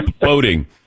boating